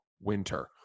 winter